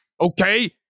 Okay